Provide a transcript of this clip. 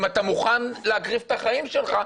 אם אתה מוכן להקריב את החיים שלך,